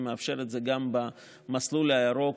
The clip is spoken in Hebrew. ומאפשר את זה גם במסלול הירוק,